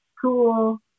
Cool